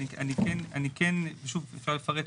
אני כן אפרט פה.